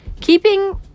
Keeping